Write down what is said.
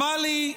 שמע לי,